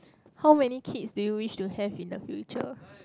how many kids do you wish to have in the future